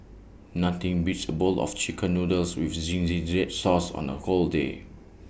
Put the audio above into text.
nothing beats A bowl of Chicken Noodles with Zingy Red Sauce on A cold day